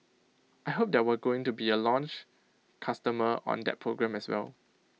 I hope that we're going to be A launch customer on that program as well